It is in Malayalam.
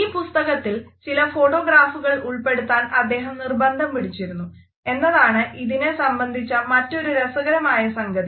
ഈ പുസ്തകത്തിൽ ചില ഫോട്ടോഗ്രാഫുകൾ ഉൾപെടുത്താൻ അദ്ദേഹം നിർബന്ധം പിടിച്ചിരുന്നു എന്നതാണ് ഇതിനെ സംബന്ധിച്ച മറ്റൊരു രസകരമായ സംഗതി